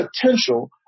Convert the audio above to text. potential